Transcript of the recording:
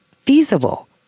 feasible